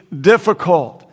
difficult